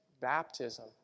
baptism